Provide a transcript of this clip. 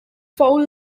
foul